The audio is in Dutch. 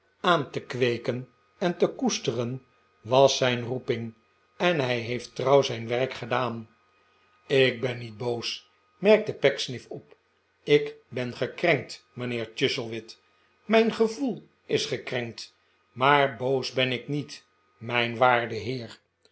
aan te kweeken en te koesteren was zijn roeping en hij heeft trouw zijn werk gedaan ik ben niet boos merkte pecksniff op ik ben gekrenkt mijnheer chuzzlewit mijn gevoel is gekrenkt maar boos ben ik niet mijn waarde heer